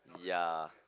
yeah